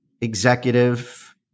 executive